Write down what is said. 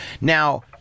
now